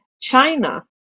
China